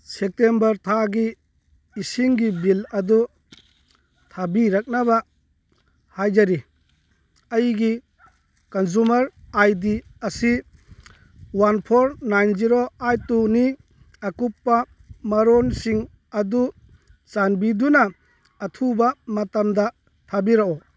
September ꯊꯥꯒꯤ ꯏꯁꯤꯡꯒꯤ bill ꯑꯗꯨ ꯊꯥꯕꯤꯔꯛꯅꯕ ꯍꯥꯏꯖꯔꯤ ꯑꯩꯒꯤ ꯀꯟꯖꯨꯃꯔ ꯑꯥꯏ ꯗꯤ ꯑꯁꯤ one four nine zero eight ꯇꯨꯅꯤ ꯑꯀꯨꯞꯄ ꯃꯔꯣꯜꯁꯤꯡ ꯑꯗꯨ ꯆꯥꯟꯕꯤꯗꯨꯅ ꯑꯊꯨꯕ ꯃꯇꯝꯗ ꯊꯥꯕꯤꯔꯛꯎ